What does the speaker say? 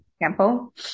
example